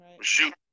shoot